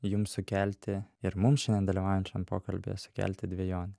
jums sukelti ir mum šiandien dalyvaujant šiam pokalbyje sukelti dvejonę